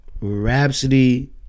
Rhapsody